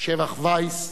שבח וייס,